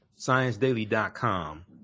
ScienceDaily.com